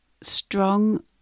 Strong